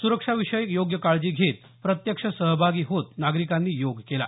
सुरक्षाविषयक योग्य काळजी घेत प्रत्यक्ष सहभागी होत नागरिकांनी योग केला